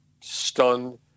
stunned